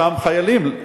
אותם חיילים,